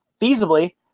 feasibly